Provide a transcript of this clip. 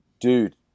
Dude